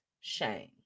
Shame